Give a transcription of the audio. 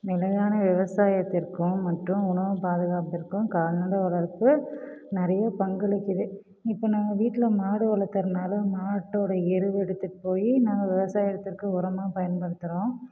நிலையான விவசாயத்திற்கும் மற்றும் உணவுப் பாதுகாப்பிற்கும் கால்நடை வளர்ப்பு நிறைய பங்களிக்குது இப்போ நான் வீட்டில் மாடு வளக்கிறனால மாட்டோடய எருவு எடுத்துகிட்டு போய் நாங்கள் விவசாயத்திற்கு உரமாக பயன்படுத்துகிறோம்